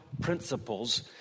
principles